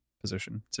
position